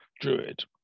Druid